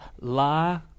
La